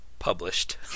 Published